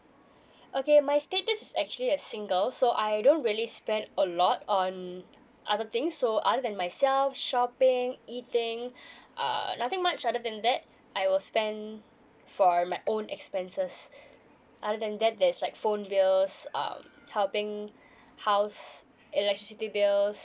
okay my status is actually a single so I don't really spend a lot on other things so other than myself shopping eating uh nothing much other than that I was spend for my own expenses other than that there's like phone bills um helping house's electricity bills